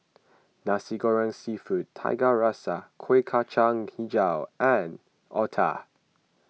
Nasi Goreng Seafood Tiga Rasa Kueh Kacang HiJau and Otah